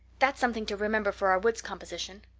that's something to remember for our woods composition.